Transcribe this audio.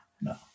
no